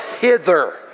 hither